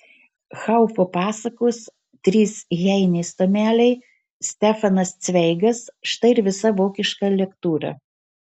haufo pasakos trys heinės tomeliai stefanas cveigas štai ir visa vokiška lektūra